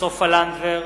סופה לנדבר,